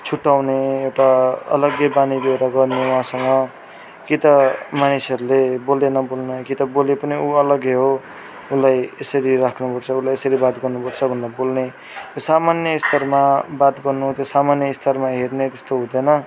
छुटाउने एउटा अलग्गै बानी व्यवहार गर्ने उहाँसँग कि त मानिसहरूले बोल्दै नबोल्ने कि त बोले पनि उ अलग्गै हो उसलाई यसरी राख्नु पर्छ उसलाई यसरी बात गर्नुपर्छ भनेर बोल्ने त्यो सामान्य स्तरमा बात गर्नु त्यो सामान्य स्तरमा हेर्ने त्यस्तो हुँदैन